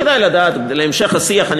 כדאי לדעת להמשך השיח.